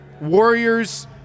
Warriors